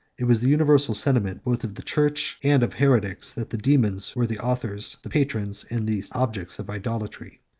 it was the universal sentiment both of the church and of heretics, that the daemons were the authors, the patrons, and the objects of idolatry.